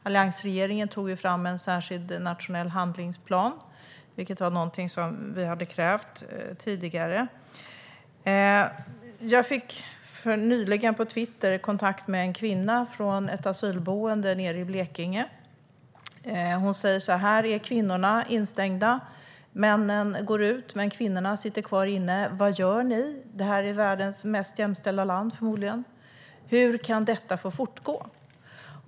Alliansregeringen tog ju fram en särskild nationell handlingsplan, vilket vi hade krävt tidigare. Nyligen fick jag på Twitter kontakt med en kvinna från ett asylboende i Blekinge. Hon säger: Kvinnorna är instängda, männen går ut. Men kvinnorna sitter kvar inne. Vad gör ni? Sverige är förmodligen världens mest jämställda land. Hur kan detta få fortgå?